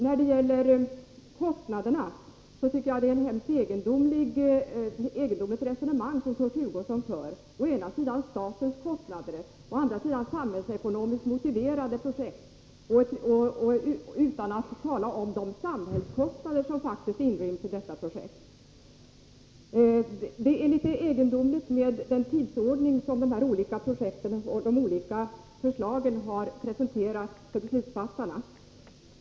När det gäller kostnaderna tycker jag att Kurt Hugosson för ett mycket egendomligt resonemang om å ena sidan statens kostnader och å andra sidan samhällsmotiverade projekt, utan att tala om de samhällskostnader som faktiskt inryms i detta projekt. Den tidsordning i vilken dessa olika projekt och förslag har presenterats för beslutsfattarna är också egendomlig.